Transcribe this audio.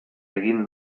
egin